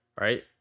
right